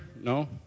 No